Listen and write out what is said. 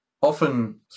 Often